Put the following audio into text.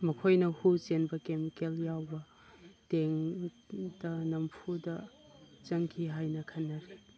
ꯃꯈꯣꯏꯅ ꯍꯨ ꯆꯦꯟꯕ ꯀꯦꯃꯤꯀꯦꯜ ꯌꯥꯎꯕ ꯇꯦꯡꯇ ꯅꯝꯐꯨꯗ ꯆꯪꯈꯤ ꯍꯥꯏꯅ ꯈꯟꯅꯔꯤ